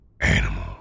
animal